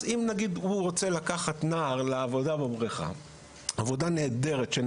נניח והוא רוצה לקחת נער לעבודה נהדרת בבריכה, הוא